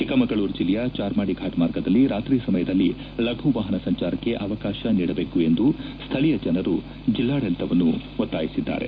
ಚಿಕ್ಕಮಗಳೂರು ಜಿಲ್ಲೆಯ ಚಾರ್ಮಾಡಿ ಫಾಟ್ ಮಾರ್ಗದಲ್ಲಿ ರಾತ್ರಿ ಸಮಯದಲ್ಲಿ ಲಘುವಾಹನ ಸಂಚಾರಕ್ಕೆ ಅವಕಾಶ ನೀಡಬೇಕು ಎಂದು ಸ್ಥಳೀಯ ಜನರು ಜೆಲ್ಲಾಡಳಿತವನ್ನು ಒತ್ತಾಯಿಸಿದ್ದಾರೆ